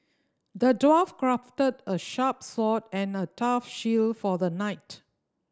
the dwarf crafted a sharp sword and a tough shield for the knight